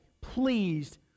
pleased